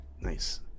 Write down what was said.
Nice